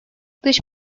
dış